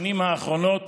בשנים האחרונות